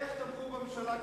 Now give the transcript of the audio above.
איך תמכו בממשלה כזאת?